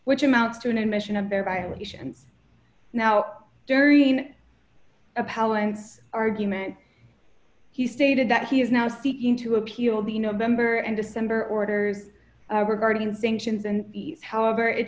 which amounts to an admission of their violations now during a palance argument he stated that he is now seeking to appeal the november and december orders were guardian sanctions and however it